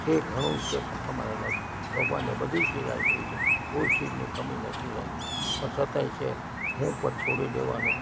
છે ઘણુંય છે પણ તમારે નથી ભગવાને બધીયે ચીજ આપી છે કોઈ ચીજની કમી નથી રાખી પણ છતાંયે છે હું પદ છોડી દેવાનું